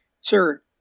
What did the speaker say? sir